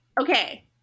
Okay